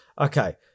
okay